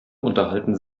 unterhalten